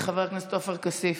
חבר הכנסת עופר כסיף.